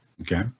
Okay